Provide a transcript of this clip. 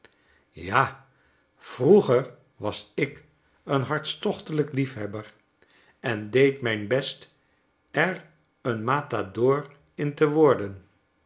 ja vroeger was ik een hartstochtelijk liefhebber en deed mijn best er een matador in te worden